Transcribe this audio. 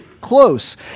close